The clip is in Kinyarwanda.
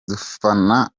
dupfana